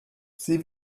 sie